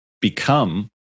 become